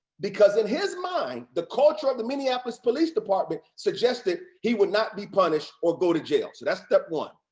because in his mind, the culture of the minneapolis police department suggested he would not be punished or go to jail. that's step one.